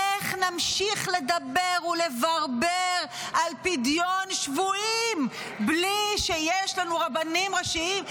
איך נמשיך לדבר ולברבר על פדיון שבויים בלי שיש לנו רבנים ראשיים?